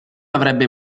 avrebbe